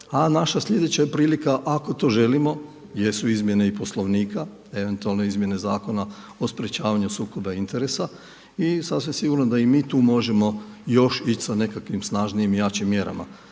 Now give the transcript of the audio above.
A naša sljedeća je prilika ako to želimo jesu izmjene i Poslovnika, eventualno Izmjene zakona o sprječavanju sukoba interesa i sasvim sigurno da i mi tu možemo još ići sa nekakvim snažnijim i jačim mjerama.